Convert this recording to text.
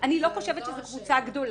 אני לא חושבת שזו קבוצה גדולה.